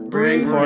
Bring